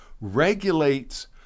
regulates